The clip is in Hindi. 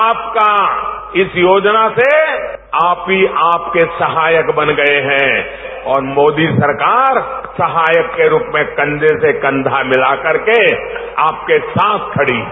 आपका इस योजना से आप ही आप के सहायक बन गए हैं और मोदी सरकार सहायक के रूप में कंधे से कंधा मिलाकर के आपके साथ खडी है